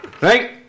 right